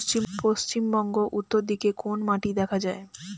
পশ্চিমবঙ্গ উত্তর দিকে কোন মাটি দেখা যায়?